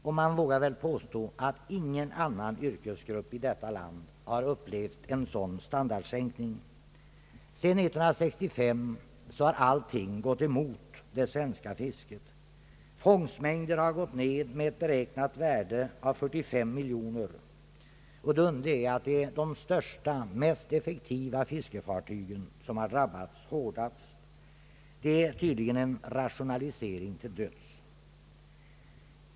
Jag vågar påstå att ingen annan yrkesgrupp i detta land har upplevt en sådan standardsänkning. Sedan år 19653 har allting gått emot det svenska fisket. Fångstmängden har gått ned med ett beräknat värde av 45 miljoner kronor. Det underliga är att det är de största och mest effektiva fiskefartygen som har drabbats hårdast. Det är tydligen en rationalisering till döds.